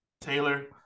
Taylor